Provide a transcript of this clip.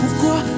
pourquoi